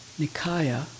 Nikaya